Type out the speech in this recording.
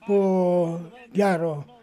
po gero